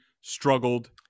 struggled